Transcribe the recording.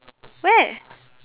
where